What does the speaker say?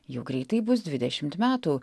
jau greitai bus dvidešimt metų